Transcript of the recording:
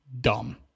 dumb